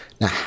Now